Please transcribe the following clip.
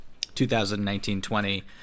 2019-20